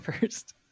first